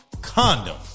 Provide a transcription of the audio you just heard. condom